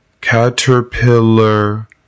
caterpillar